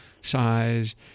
size